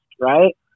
right